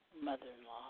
Mother-in-law